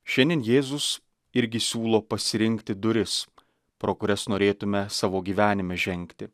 šiandien jėzus irgi siūlo pasirinkti duris pro kurias norėtume savo gyvenime žengti